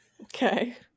Okay